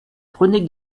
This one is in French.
prenez